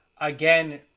again